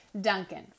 Duncan